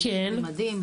מקבלים מדים,